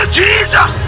jesus